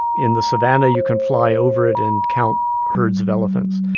in the savanna, you can fly over it and count herds of elephants.